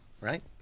right